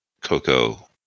Coco